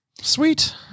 Sweet